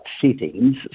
settings